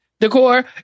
decor